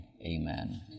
amen